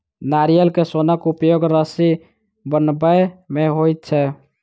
नारियल के सोनक उपयोग रस्सी बनबय मे होइत छै